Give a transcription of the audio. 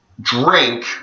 drink